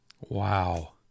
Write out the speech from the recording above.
Wow